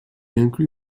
inclut